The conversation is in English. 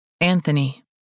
Anthony